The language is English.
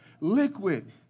liquid